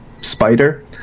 spider